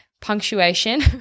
punctuation